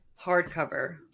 hardcover